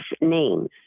names